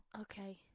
Okay